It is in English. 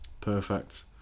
Perfect